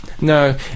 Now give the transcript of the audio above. No